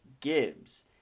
Gibbs